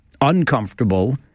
uncomfortable